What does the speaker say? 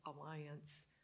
Alliance